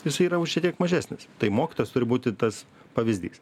jisai yra šiek tiek mažesnis tai mokytojas turi būti tas pavyzdys